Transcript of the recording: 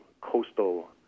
coastal